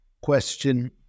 question